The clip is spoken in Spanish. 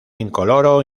incoloro